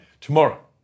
Tomorrow